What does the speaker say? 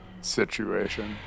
situation